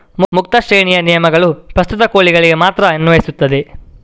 ಮುಕ್ತ ಶ್ರೇಣಿಯ ನಿಯಮಗಳು ಪ್ರಸ್ತುತ ಕೋಳಿಗಳಿಗೆ ಮಾತ್ರ ಅನ್ವಯಿಸುತ್ತವೆ